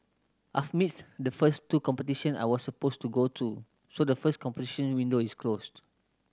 I've missed the first two competition I was supposed to go to so the first competition window is closed